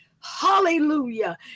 hallelujah